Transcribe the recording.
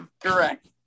Correct